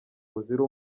buzira